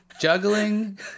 Juggling